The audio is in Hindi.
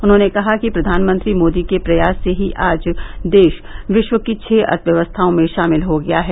उन्होंने कहा कि प्रधानमंत्री मोदी के प्रयास से ही आज देश विश्व की छः अर्थव्यवस्थाओं में शामिल हो गया है